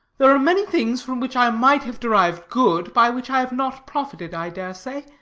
there are many things from which i might have derived good, by which i have not profited, i dare say,